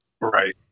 right